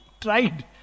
Tried